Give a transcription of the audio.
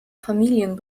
familien